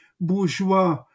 bourgeois